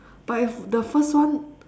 but if the first one